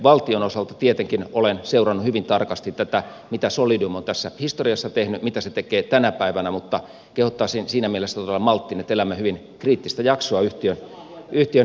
valtion osalta tietenkin olen seurannut hyvin tarkasti tätä mitä solidium on tässä historiassa tehnyt mitä se tekee tänä päivänä mutta kehottaisin siinä mielessä todella malttiin että elämme hyvin kriittistä jaksoa yhtiön historiassa